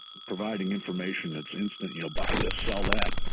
providing information that's instant, you know buy this, sell that,